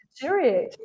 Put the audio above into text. deteriorate